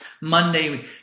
Monday